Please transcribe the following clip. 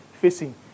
facing